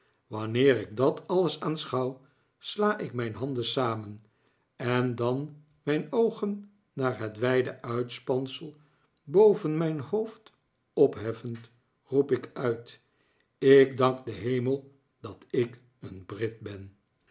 wanneer ik dat alles aanschouw sla ik mijn handen samen en dan mijn oogen naar het wijde uitspansel boven mijn hoofd opheffend roep ik uit ik dank den hemel dat ik een brit ben